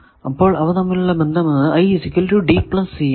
അപ്പോൾ അവ തമ്മിലുള്ള ബന്ധം എന്നത് ആണ്